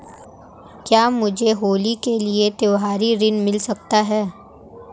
क्या मुझे होली के लिए त्यौहारी ऋण मिल सकता है?